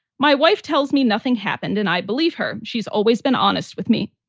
my wife tells me nothing happened and i believe her. she's always been honest with me.